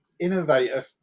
innovate